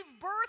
birth